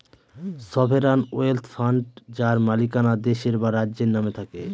sovereign wealth fund যার মালিকানা দেশের বা রাজ্যের নামে থাকে